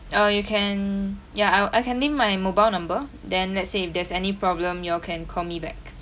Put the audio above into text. or you can ya I'll I can leave my mobile number then let's say if there's any problem you all can call me back